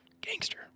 Gangster